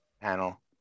panel